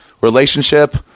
relationship